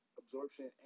absorption